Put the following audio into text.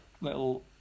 little